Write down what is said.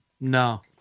No